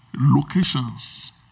locations